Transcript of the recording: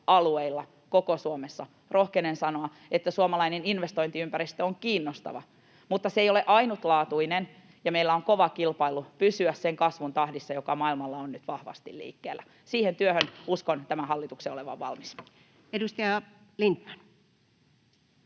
alueilla, koko Suomessa, rohkenen sanoa, että suomalainen investointiympäristö on kiinnostava, mutta se ei ole ainutlaatuinen, ja meillä on kova kilpailu pysyä sen kasvun tahdissa, joka maailmalla on nyt vahvasti liikkeellä. Siihen työhön uskon tämän hallituksen olevan valmis. [Speech 89]